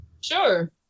Sure